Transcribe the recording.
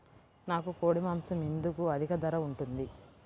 నాకు కోడి మాసం ఎందుకు అధిక ధర ఉంటుంది?